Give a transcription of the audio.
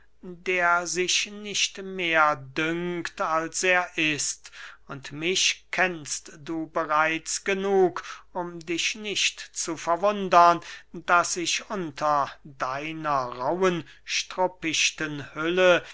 der sich nicht mehr dünkt als er ist und mich kennst du bereits genug um dich nicht zu verwundern daß ich unter deiner rauhen struppichten hülle